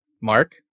Mark